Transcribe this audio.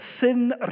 sin